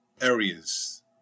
areas